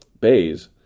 Bayes